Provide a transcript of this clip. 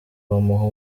bamuha